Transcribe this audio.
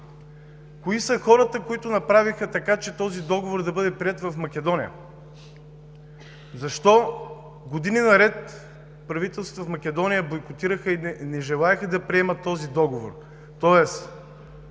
Кои са хората, които направиха така, че този договор да бъде приет в Македония? Защо години наред правителствата в Македония бойкотираха и не желаеха да приемат този договор?